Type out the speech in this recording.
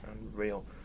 unreal